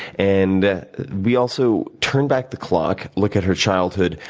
and we also turn back the clock, look at her childhood,